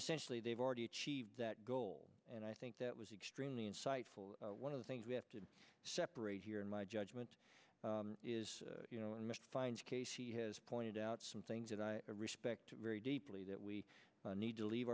essentially they've already achieved that goal and i think that was extremely insightful one of the things we have to separate here in my judgment is you know one must find casey has pointed out some things and i respect very deeply that we need to leave